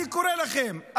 אני קורא לכם,